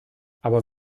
aber